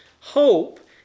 Hope